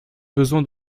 besoin